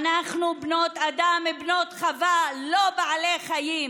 אנחנו בנות אדם ובנות חווה, לא בעלי חיים.